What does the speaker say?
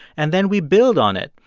and then we build on it.